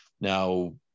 Now